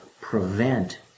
prevent